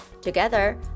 Together